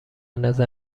نظر